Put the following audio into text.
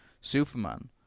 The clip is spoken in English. Superman